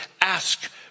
ask